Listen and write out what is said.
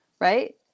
right